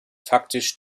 faktisch